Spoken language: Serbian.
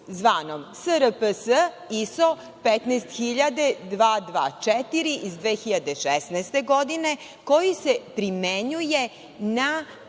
zvanom SRPS ISO 15224 iz 2016. godine, koji se primenjuje na